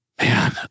man